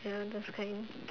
ya those kind